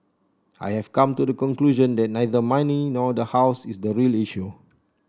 I have come to the conclusion that neither money nor the house is the real issue